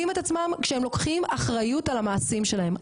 את עצמם כשהם לוקחים אחריות על המעשים שלהם,